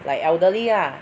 like elderly ah